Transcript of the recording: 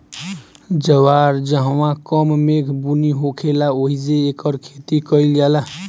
जवार जहवां कम मेघ बुनी होखेला ओहिजे एकर खेती कईल जाला